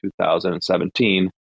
2017